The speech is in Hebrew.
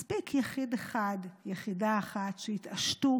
מספיק יחיד אחד, יחידה אחת, שיתעשתו